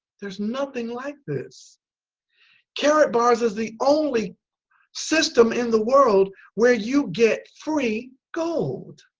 there's nothing like this karatbars is the only system in the world where you get free gold.